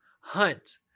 hunt